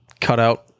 cutout